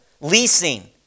leasing